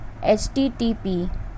Http